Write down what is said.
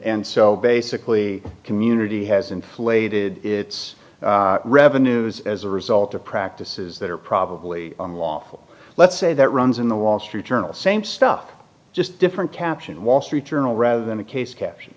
and so basically community has inflated its revenues as a result of practices that are probably unlawful let's say that runs in the wall street journal same stuff just different caption wall street journal rather than a case ca